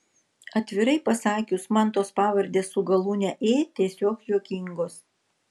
atvirai pasakius man tos pavardės su galūne ė tiesiog juokingos